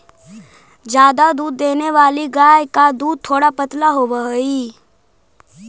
ज्यादा दूध देने वाली गाय का दूध थोड़ा पतला होवअ हई